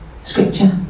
scripture